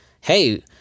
Hey